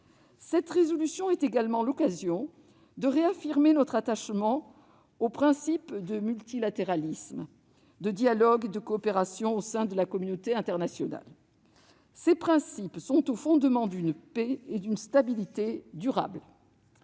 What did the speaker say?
de résolution est également l'occasion de réaffirmer notre attachement aux principes du multilatéralisme, du dialogue et de la coopération au sein de la communauté internationale. Ces principes sont au fondement d'une paix et d'une stabilité durables.